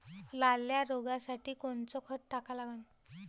लाल्या रोगासाठी कोनचं खत टाका लागन?